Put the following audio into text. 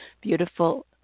beautiful